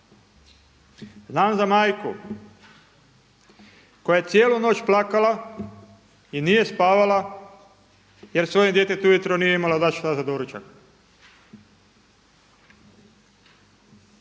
Znam za majku koja je cijelu noć plakala i nije spavala jer svojem djetetu ujutro nije imala dati šta za doručak.